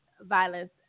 violence